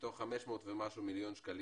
מתוך מחזור של יותר מ-500 מיליון שקלים